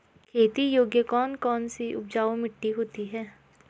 खेती योग्य कौन कौन सी उपजाऊ मिट्टी होती है?